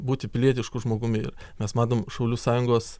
būti pilietišku žmogumi ir mes matom šaulių sąjungos